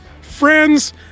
friends